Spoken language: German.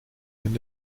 ihren